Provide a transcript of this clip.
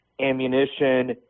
ammunition